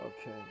okay